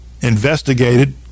investigated